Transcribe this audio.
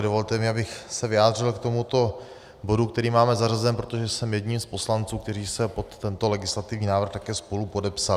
Dovolte mi, abych se vyjádřil k tomuto bodu, který máme zařazen, protože jsem jedním z poslanců, kteří se pod tento legislativní návrh také spolupodepsali.